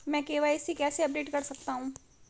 मैं के.वाई.सी कैसे अपडेट कर सकता हूं?